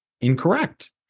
Incorrect